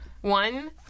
One